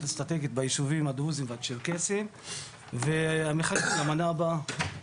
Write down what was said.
האסטרטגית בישובים הדרוזים והצ'רקסיים ומחכים למנה הבאה,